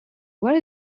where